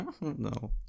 No